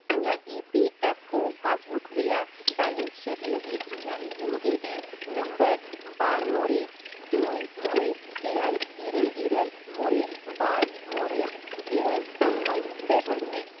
ᱤᱧᱟᱹᱜ E P F O passbook ᱨᱮᱭᱟᱜ balance check ᱞᱟᱹᱜᱤᱫ ᱤᱧᱟᱹᱜ ᱤᱭᱩ ᱮ ᱮᱱ ᱱᱚᱢᱵᱚᱨ ᱵᱟᱨ ᱢᱚᱬᱮ ᱛᱩᱨᱩᱭ ᱢᱚᱬᱮ ᱮᱭᱟᱭ ᱤᱨᱟᱹᱞ ᱤᱨᱟᱹᱞ ᱢᱚᱬᱮ ᱵᱟᱨ ᱢᱚᱬᱮ ᱤᱨᱟᱹᱞ ᱛᱩᱨᱩᱭ ᱵᱮᱵᱷᱟᱨ ᱢᱮ